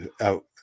out